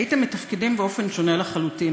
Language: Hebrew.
הייתם מתפקדים באופן שונה לחלוטין,